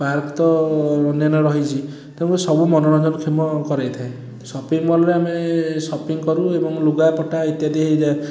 park ତ ଅନ୍ୟାନ୍ୟ ରହିଛି ତେଣୁକରି ସବୁ ମନୋରଞ୍ଜନକ୍ଷମ କରେଇଥାଏ ସପିଂ ମଲ୍ରେ ଆମେ ସପିଂ କରୁ ଏବଂ ଲୁଗାପଟା ଇତ୍ୟାଦି ହେଇଯାଏ